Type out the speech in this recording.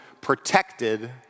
protected